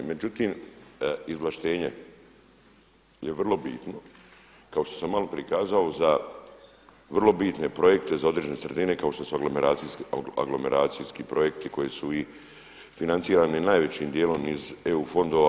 Međutim izvlaštenje je vrlo bitno, kao što sam malo prije kazao, za vrlo bitne projekte za određene sredine kao što su aglomeracijski projekti koji su financirani najvećim dijelom iz eu fondova.